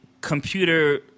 computer